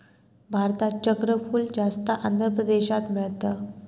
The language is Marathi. भारतात चक्रफूल जास्त आंध्र प्रदेशात मिळता